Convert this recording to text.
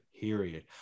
Period